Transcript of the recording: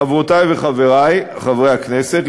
חברותי וחברי חברי הכנסת,